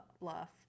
bluff